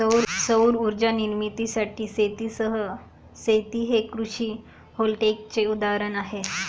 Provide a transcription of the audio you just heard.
सौर उर्जा निर्मितीसाठी शेतीसह शेती हे कृषी व्होल्टेईकचे उदाहरण आहे